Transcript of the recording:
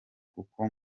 kuko